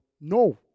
No